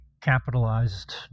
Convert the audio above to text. capitalized